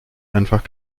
einfach